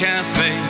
Cafe